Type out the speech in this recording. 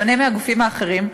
בשונה מהגופים האחרים,